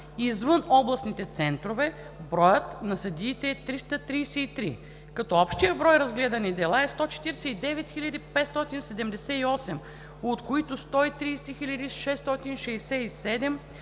извън областните центрове, броят на съдиите е 333, като общият брой разгледани дела е 149 578, от които 130 667